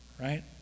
right